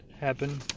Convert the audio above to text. happen